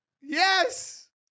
Yes